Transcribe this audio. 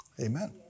Amen